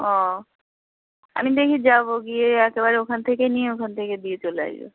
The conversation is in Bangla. ও আমি দেখি যাব গিয়ে একেবারে ওখান থেকে নিয়ে ওখান থেকে দিয়ে চলে আসব